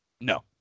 No